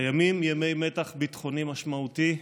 הימים ימי מתח ביטחוני משמעותי,